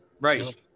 Right